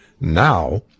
now